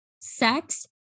sex